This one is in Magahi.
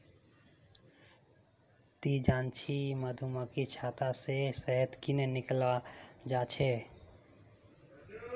ती जानछि मधुमक्खीर छत्ता से शहद कंन्हे निकालाल जाच्छे हैय